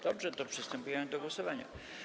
Dobrze, to przystępujemy do głosowania.